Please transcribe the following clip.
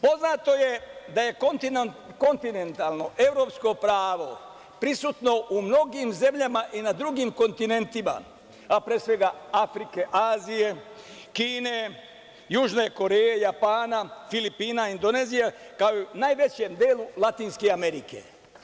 Poznato je da je kontinentalno evropsko pravo prisutno u mnogim zemljama i na drugim kontinentima, a pre svega: Afrike, Azije, Kine, Južne Koreje, Japana, Filipina, Indonezije, kao i u najvećem delu Latinske Amerike.